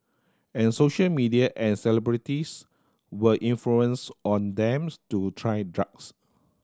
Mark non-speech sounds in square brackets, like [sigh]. and social media and celebrities were influence on them [unintelligible] to try drugs